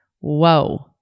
Whoa